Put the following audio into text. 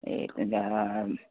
ए